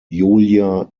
julia